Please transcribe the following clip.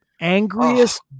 angriest